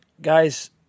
guys